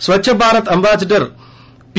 Swachh Bharat ambassador P